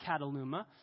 Cataluma